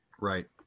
Right